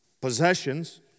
Possessions